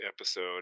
episode